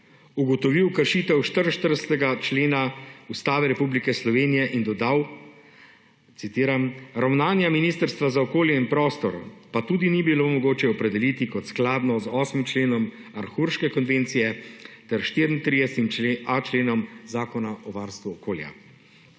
»ugotovil kršitev 44. člena Ustave Republike Slovenije« in dodal, citiram, »ravnanja Ministrstva za okolje in prostor pa tudi ni bilo mogoče opredeliti kot skladno z 8. členom Aarhuške konvencije ter 34.a členom Zakona o varstvu okolja.«